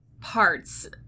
parts